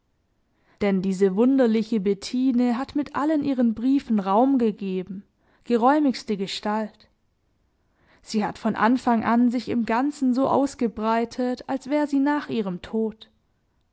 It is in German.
denn diese wunderliche bettine hat mit allen ihren briefen raum gegeben geräumigste gestalt sie hat von anfang an sich im ganzen so ausgebreitet als wär sie nach ihrem tod